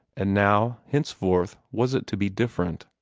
and now henceforth was it to be different?